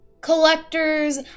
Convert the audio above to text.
collectors